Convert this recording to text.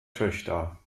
töchter